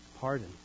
pardon